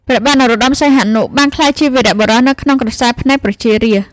ព្រះបាទនរោត្តម សីហនុបានក្លាយជាវីរបុរសនៅក្នុងក្រសែភ្នែកប្រជារាស្ត្រ។